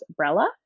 Brella